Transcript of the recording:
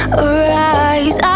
arise